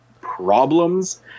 problems